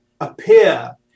Appear